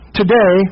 today